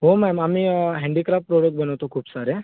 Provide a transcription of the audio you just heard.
हो मॅम आम्ही handicraft work बनवतो खूप साऱ्या